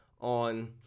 on